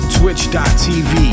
twitch.tv